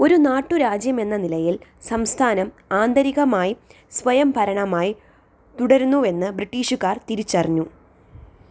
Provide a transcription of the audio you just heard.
ഒരു നാട്ടുരാജ്യമെന്ന നിലയിൽ സംസ്ഥാനം ആന്തരികമായി സ്വയംഭരണമായി തുടരുന്നുവെന്ന് ബ്രിട്ടീഷുകാർ തിരിച്ചറിഞ്ഞു